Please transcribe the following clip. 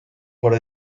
por